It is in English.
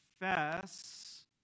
confess